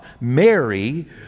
Mary